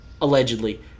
allegedly